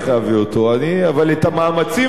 אבל את המאמצים וההשתדלות,